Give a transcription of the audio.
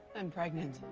i'm pregnant.